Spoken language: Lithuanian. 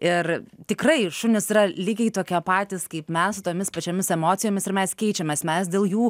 ir tikrai šunys yra lygiai tokie patys kaip mes su tomis pačiomis emocijomis ir mes keičiamės mes dėl jų